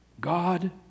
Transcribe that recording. God